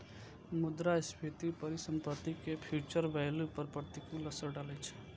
मुद्रास्फीति परिसंपत्ति के फ्यूचर वैल्यू पर प्रतिकूल असर डालै छै